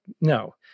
no